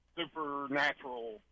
supernatural